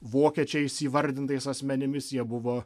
vokiečiais įvardintais asmenimis jie buvo